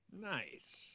Nice